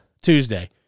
Tuesday